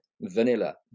vanilla